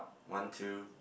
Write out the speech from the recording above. one two